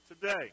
today